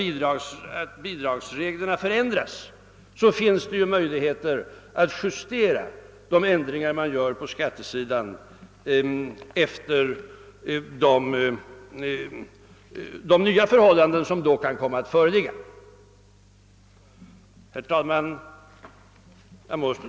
Om bidragsreglerna sedan ändras finns möjligheten att justera de ändringar man inför beträffande skatterna efter de nya förhållanden som då kan föreligga. Herr talman!